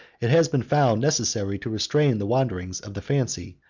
it has been found necessary to restrain the wanderings of the fancy,